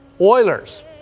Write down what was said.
Oilers